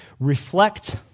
Reflect